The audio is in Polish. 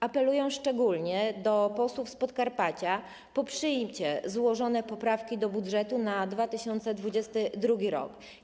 Apeluję szczególnie do posłów z Podkarpacia: poprzyjcie złożone poprawki do budżetu na 2022 r.